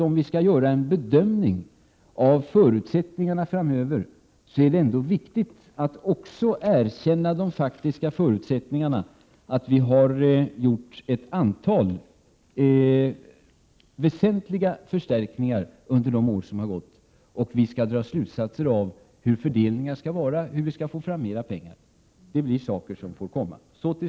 Om vi skall göra en bedömning av förutsättningarna framöver tycker jag emellertid att det är viktigt att också erkänna de faktiska förutsättningarna, nämligen att vi har gjort ett antal väsentliga förstärkningar under de år som har gått. Och vi skall dra slutsatser när det gäller hur fördelningen skall vara och hur vi skall få fram mer pengar. Det är sådant som vi måste ta itu med.